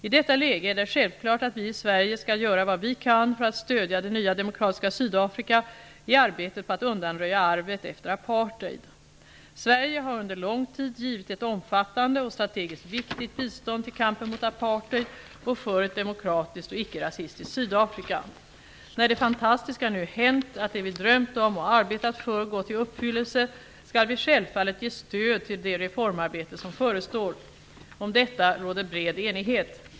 I detta läge är det självklart att vi i Sverige skall göra vad vi kan för att stödja det nya demokratiska Sydafrika i arbetet på att undanröja arvet efter apartheid. Sverige har under lång tid givit ett omfattande -- och strategiskt viktigt -- bistånd till kampen mot apartheid och för ett demokratiskt och icke-rasistiskt Sydafrika. När det fantastiska nu hänt att det vi drömt om och arbetat för gått i uppfyllelse skall vi självfallet ge stöd till det reformarbete som förestår. Om detta råder bred enighet.